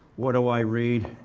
what do i read?